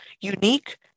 unique